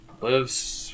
Lives